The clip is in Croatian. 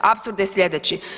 Apsurd je slijedeći.